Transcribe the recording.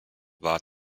war